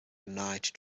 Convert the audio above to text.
unite